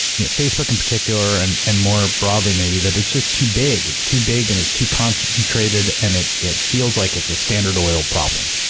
you know, facebook in particular and and more broadly, maybe, that it's just too big. it's too big and it's too concentrated and it it feels like it's a standard oil problem.